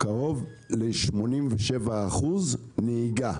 קרוב ל-87% נהיגה.